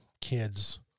kids